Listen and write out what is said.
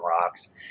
rocks